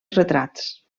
retrats